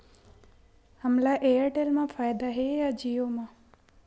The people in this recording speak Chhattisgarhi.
हमला एयरटेल मा फ़ायदा हे या जिओ मा?